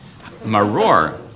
maror